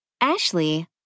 Ashley